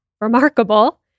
remarkable